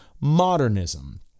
modernism